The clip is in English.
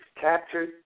captured